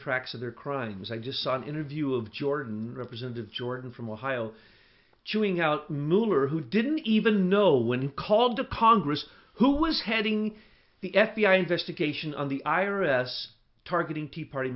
tracks of their crimes i just saw an interview of jordan representative jordan from ohio chewing out mover who didn't even know when he called the congress who was heading the f b i investigation of the iris targeting tea party